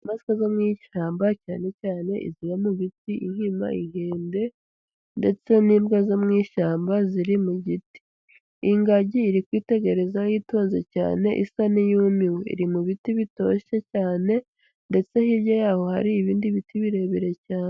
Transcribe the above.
Inyamaswa zo mu ishyamba cyane cyane iziba mu biti inkima, inkende, ndetse n'imbwa zo mu ishyamba, ziri mu giti. Ingagi iri kwitegereza yitonze cyane isa n'iyumiwe. Iri mu biti bitoshye cyane, ndetse hirya yaho hari ibindi biti birebire cyane.